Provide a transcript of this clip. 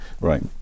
Right